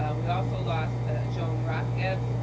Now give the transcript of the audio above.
um we also lost john rathgeb,